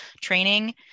training